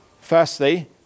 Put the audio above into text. Firstly